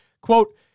Quote